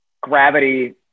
gravity